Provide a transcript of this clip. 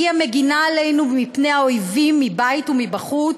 היא המגינה עלינו מפני האויבים מבית ומבחוץ,